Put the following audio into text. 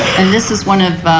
and this is one of